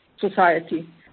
society